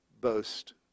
boast